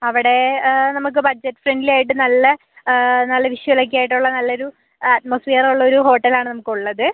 അവിടെ നമക്ക് budget friendly ആയിട്ട് നല്ല നല്ല വിശ്വൽ ഒക്കെ ആയിട്ട് ഉള്ള നല്ലൊരു അറ്റ്മോസ്ഫിയർ ഉള്ള ഒരു ഹോട്ടലാണ് നമുക്ക് ഉള്ളത്